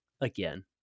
again